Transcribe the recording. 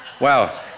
Wow